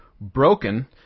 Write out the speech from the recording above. Broken